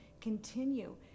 continue